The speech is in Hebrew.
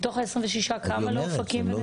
מתוך ה-26 כמה לאופקים?